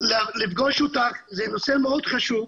לפגוש אותך, זה נושא מאוד חשוב.